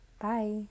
Bye